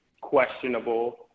questionable